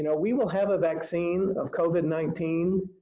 you know we will have a vaccine of covid nineteen